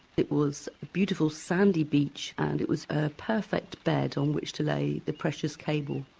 it was a beautiful sandy beach and it was a perfect bed on which to lay the precious cable.